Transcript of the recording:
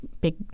big